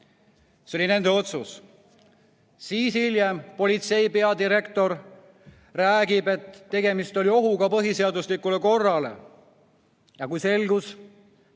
see oli nende otsus. Hiljem politsei peadirektor rääkis, et tegemist oli ohuga põhiseaduslikule korrale. Kui selgus,